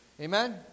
Amen